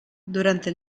durante